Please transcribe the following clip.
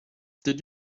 did